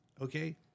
okay